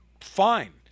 fine